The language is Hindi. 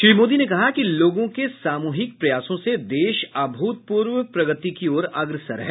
श्री मोदी ने कहा कि लोगों के सामूहिक प्रयासों से देश अभूतपूर्व प्रगति की ओर अग्रसर है